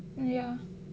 ya